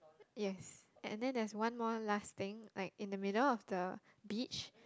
yes and then there's one more last thing like in the middle of the beach